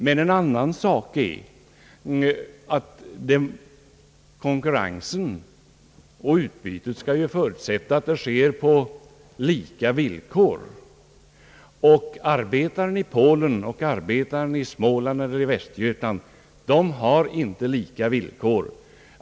Men en annan sak är att konkurrensen och utbytet skall förutsätta att produktionen sker på lika villkor. Arbetaren i Polen och arbetaren i Småland eller i Västergötland har inte lika villkor.